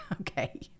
Okay